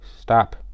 Stop